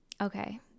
okay